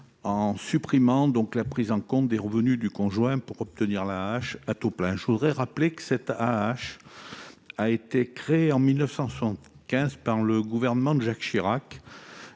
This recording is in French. en supprimant la prise en compte des revenus du conjoint pour l'obtention de l'AAH à taux plein. Je voudrais rappeler que cette allocation a été créée en 1975 par le gouvernement de Jacques Chirac